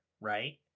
right